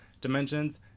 dimensions